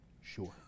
Sure